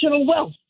wealth